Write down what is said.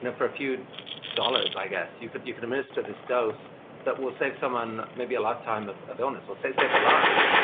and for a few dollars, i guess, you but you can administer this dose that will save someone maybe a lifetime of of illness or so save their lives,